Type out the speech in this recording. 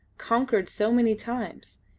conquered so many times.